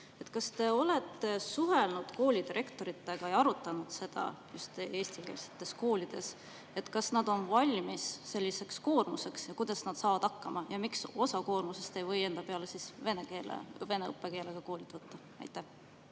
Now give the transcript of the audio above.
Kas te olete suhelnud koolidirektoritega ja arutanud seda just eestikeelsetes koolides, kas nad on valmis selliseks koormuseks? Kuidas nad saavad hakkama ja miks osa koormusest ei või enda peale vene õppekeelega koolid võtta? Aitäh,